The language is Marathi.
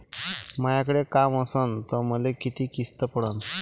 मायाकडे काम असन तर मले किती किस्त पडन?